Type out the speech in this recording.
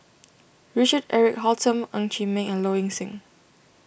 Richard Eric Holttum Ng Chee Meng and Low Ing Sing